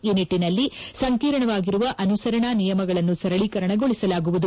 ಈ ನಿಟ್ಟಿನಲ್ಲಿ ಸಂಕೀರ್ಣವಾಗಿರುವ ಅನುಸರಣಾ ನಿಯಮಗಳನ್ನು ಸರಳೀಕರಿಸಲಾಗುವುದು